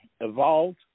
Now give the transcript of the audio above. evolved